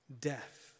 Death